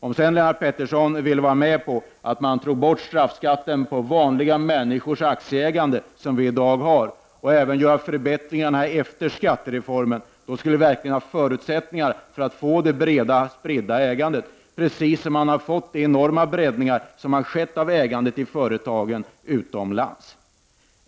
Om sedan Lennart Pettersson kunde vara med på att ta bort den straffskatt på vanliga människors aktieägande som i dag finns och även åstadkomma förbättringar efter skattereformen, skulle det verkligen finnas förutsättningar för ett brett, spritt ägande — på samma sätt som man har åstadkommit en enorm breddning av ägandet i företagen utomlands.